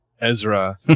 Ezra